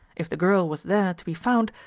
if the girl was there to be found,